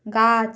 গাছ